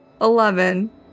Eleven